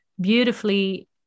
beautifully